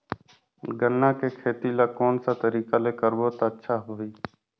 गन्ना के खेती ला कोन सा तरीका ले करबो त अच्छा होही?